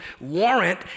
warrant